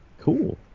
Cool